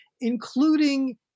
including